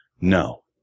no